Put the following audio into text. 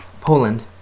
Poland